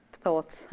thoughts